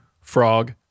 Frog